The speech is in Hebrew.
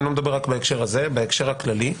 אני לא מדבר רק בהקשר הזה, בהקשר הכללי.